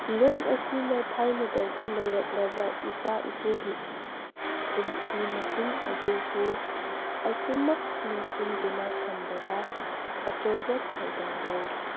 ꯂꯣꯟ ꯑꯁꯤꯅ ꯊꯥꯏꯅꯗꯒꯤ ꯂꯩꯔꯛꯂꯕ ꯏꯄꯥ ꯏꯄꯨꯒꯤ ꯄꯨꯟꯁꯤ ꯃꯍꯤꯡ ꯑꯗꯨꯕꯨ ꯑꯁꯨꯃꯛ ꯅꯤꯡꯁꯤꯡꯗꯨꯅ ꯊꯝꯕꯗ ꯑꯆꯧꯕ ꯊꯧꯗꯥꯡ ꯂꯧꯔꯤ